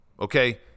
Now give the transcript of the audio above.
Okay